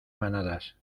manadas